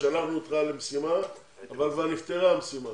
שלחנו אותך למשימה, אבל כבר נפתרה המשימה.